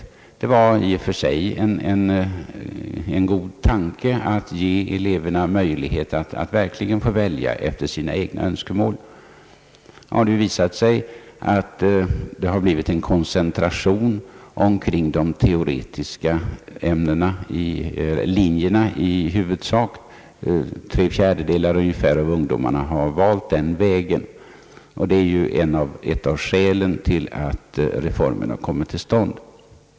Det var i och för sig en god tanke att ge eleverna en möjlighet att verkligen välja efter sina egna önskemål. Det har nu blivit en koncentration kring de teoretiska linjerna. Ungefär tre fjärdedelar av ungdomarna har valt dessa linjer. Detta är ju ett av skälen till att reformen har kommit till stånd.